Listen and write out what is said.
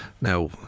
Now